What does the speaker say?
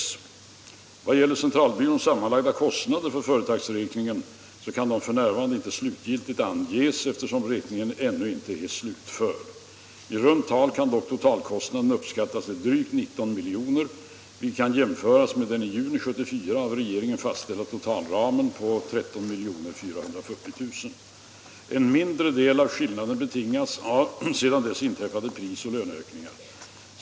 I vad gäller centralbyråns sammanlagda kostnader för företagsräkningen kan dessa f. n. inte slutgiltigt anges, eftersom räkningen ännu inte är slutförd. I runt tal kan dock totalkostnaden uppskattas till drygt 19 milj.kr., vilket kan jämföras med den i juni 1974 av regeringen fastställda totalramen på 13 440 000 kr. En mindre del av skillnaden betingas av sedan M dess inträffade prisoch löneökningar.